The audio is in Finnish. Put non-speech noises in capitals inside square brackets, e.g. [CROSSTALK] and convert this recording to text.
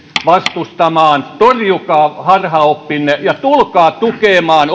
vastustamaan oppivelvollisuusiän nostoon torjukaa harhaoppinne ja tulkaa tukemaan [UNINTELLIGIBLE]